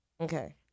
Okay